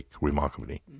remarkably